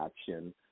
action